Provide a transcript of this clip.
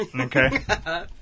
Okay